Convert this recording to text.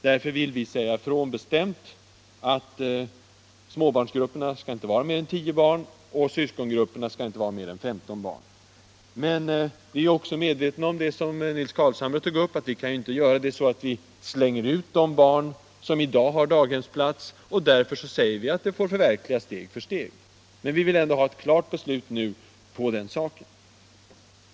Därför vill vi bestämt säga ifrån att småbarnsgrupperna inte skall vara större än 10 och svskongrupperna inte större än 15 barn. Men vi är också medvetna om vad Nils Carlshamre tog upp. att vi inte kan slänga ut de barn som i dag har daghemsplats. Därför säger vi att detta får förverkligas steg för steg. Men vi vill ha ett klart beslut nu.